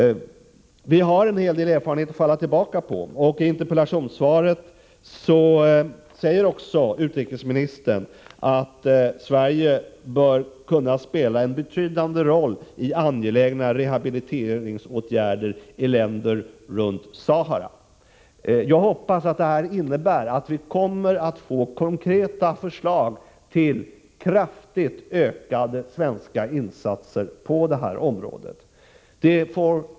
Vi har en hel del erfarenhet att falla tillbaka på. I interpellationssvaret säger också utrikesministern att Sverige bör kunna spela en betydande roll i angelägna rehabiliteringsåtgärder i länder runt Sahara. Jag hoppas att detta innebär att vi kommer att få konkreta förslag till kraftigt ökade svenska insatser på det här området.